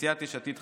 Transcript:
סיעת יש עתיד,